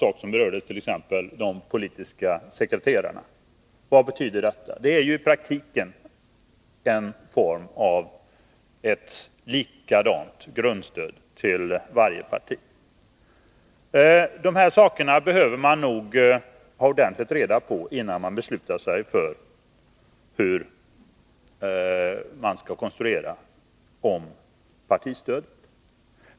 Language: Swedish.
Jag tänker t.ex. på stödet till de politiska sekreterarna — det är ju i praktiken ett sätt att ge samma grundstöd till alla partier. Dessa saker behöver ordentligt utredas, innan man beslutar sig för om man skall konstruera om partistödet.